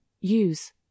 use